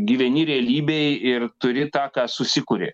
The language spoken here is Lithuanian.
gyveni realybėj ir turi tą ką susikuri